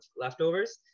Leftovers